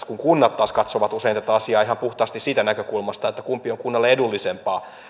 kunnat taas katsovat usein tätä asiaa ihan puhtaasti siitä näkökulmasta kumpi on kunnalle edullisempaa